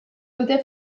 dute